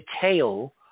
detail